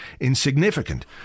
insignificant